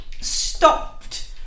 stopped